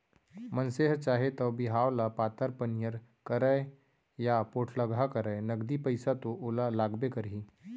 मनसे ह चाहे तौ बिहाव ल पातर पनियर करय या पोठलगहा करय नगदी पइसा तो ओला लागबे करही